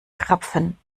krapfen